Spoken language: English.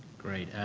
great.